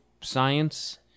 science